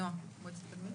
נעה, בואי תתקדמי.